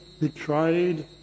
betrayed